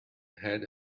had